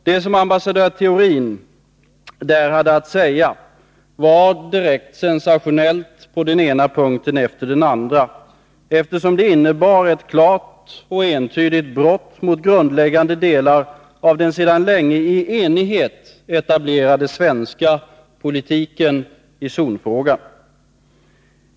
Det som ambassadör Theorin där hade att säga var direkt sensationellt på den ena punkten efter den andra, eftersom det innebar ett klart och entydigt brott mot grundläggande delar av den sedan länge i enighet etablerade svenska politiken i zonfrågan.